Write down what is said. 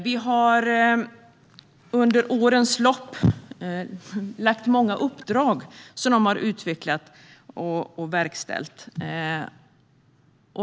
Vi har under årens lopp gett många uppdrag som de har utvecklat och verkställt.